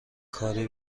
کاری